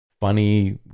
funny